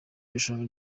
irushanwa